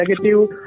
negative